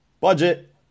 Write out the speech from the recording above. Budget